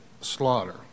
slaughter